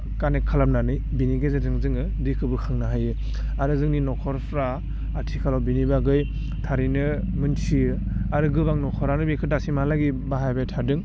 कानेक खालामनानै बिनि गेजेरजों जोङो दैखौ बोखांनो हायो आरो जोंनि नखरफ्रा आथिखालाव बिनि बागै थारैनो मोनथियो आरो गोबां नखरानो बेखो दासिमहालागै बाहायबाय थादों